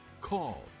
call